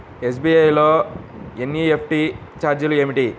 SBI లో NEFT ఛార్జీలు ఏమిటి?